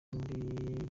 muri